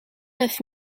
neuf